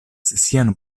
sian